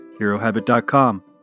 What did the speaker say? HeroHabit.com